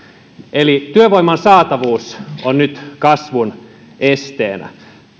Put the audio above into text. eli työvoiman saatavuus on nyt kasvun esteenä